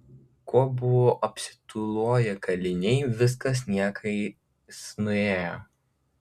kuo buvo apsitūloję kaliniai viskas niekais nuėjo